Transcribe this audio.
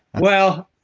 well,